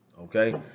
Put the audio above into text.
Okay